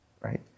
Right